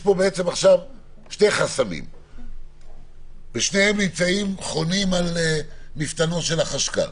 יש כאן שני חסמים ושניהם חונים על מפתנו של החשכ"ל.